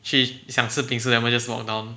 去想吃 bingsu then 我们 just walk down